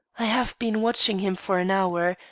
i have been watching him for an hour.